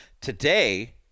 today